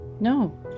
No